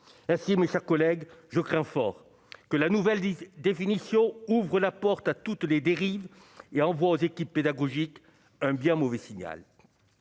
si mes chers collègues, je crains fort que la nouvelle définition ouvre la porte à toutes les dérives et envoie aux équipes pédagogiques, un bien mauvais signal